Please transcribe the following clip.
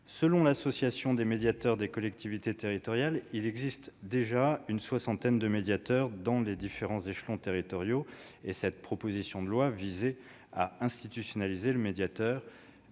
Selon l'Association des médiateurs des collectivités territoriales, il existe déjà une soixantaine de médiateurs dans les différents échelons territoriaux. Cette proposition de loi visait à institutionnaliser le médiateur